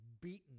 beaten